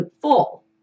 full